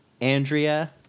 Andrea